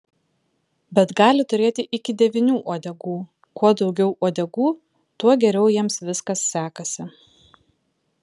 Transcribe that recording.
bet gali turėti iki devynių uodegų kuo daugiau uodegų tuo geriau jiems viskas sekasi